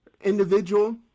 individual